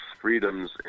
freedoms